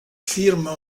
firma